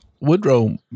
Woodrow